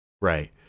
Right